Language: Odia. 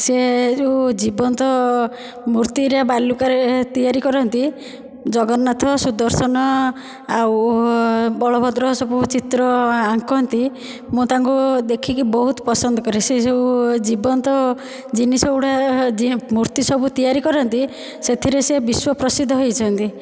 ସେ ଯେଉଁ ଜୀବନ୍ତ ମୂର୍ତ୍ତିରେ ବାଲୁକାରେ ତିଆରି କରନ୍ତି ଜଗନ୍ନାଥ ସୁଦର୍ଶନ ଆଉ ବଳଭଦ୍ର ଚିତ୍ର ସବୁ ଆଙ୍କନ୍ତି ମୁଁ ତାଙ୍କୁ ଦେଖିକି ବହୁତ ପସନ୍ଦ କରେ ସେ ଯେଉଁ ଜୀବନ୍ତ ଜିନିଷ ଗୁଡ଼ା ମୂର୍ତ୍ତି ସବୁ ତିଆରି କରନ୍ତି ସେଥିରେ ସେ ବିଶ୍ୱ ପ୍ରସିଦ୍ଧ ହୋଇଛନ୍ତି